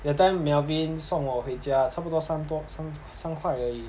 that time melvin 送我回家差不多差不多三块而已